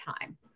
time